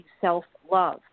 self-love